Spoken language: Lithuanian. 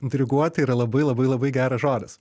diriguoti yra labai labai labai geras žodis